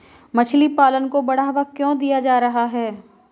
मछली पालन को बढ़ावा क्यों दिया जा रहा है?